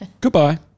Goodbye